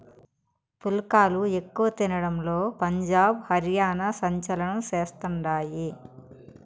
పుల్కాలు ఎక్కువ తినడంలో పంజాబ్, హర్యానా సంచలనం చేస్తండాయి